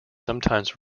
sometimes